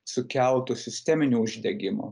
sukeltu sisteminiu uždegimu